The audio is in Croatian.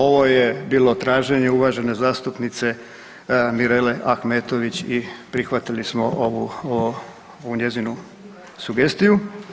Ovo je bilo traženje uvažene zastupnice Mirele Ahmetović i prihvatili smo ovu njezinu sugestiju.